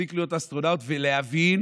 להפסיק להיות אסטרונאוט, ולהבין